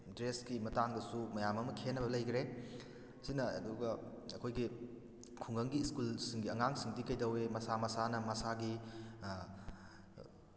ꯗ꯭ꯔꯦꯁꯀꯤ ꯃꯇꯥꯡꯗꯁꯨ ꯃꯌꯥꯝ ꯑꯃ ꯈꯦꯅꯕ ꯂꯩꯈꯔꯦ ꯑꯁꯤꯅ ꯑꯗꯨꯒ ꯑꯩꯈꯣꯏꯒꯤ ꯈꯨꯡꯒꯪꯒꯤ ꯏꯁꯀꯨꯜꯁꯤꯡꯒꯤ ꯑꯉꯥꯡꯁꯤꯡꯗꯤ ꯀꯩꯗꯧꯏ ꯃꯁꯥ ꯃꯁꯥꯅ ꯃꯁꯥꯒꯤ